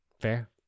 Fair